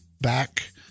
back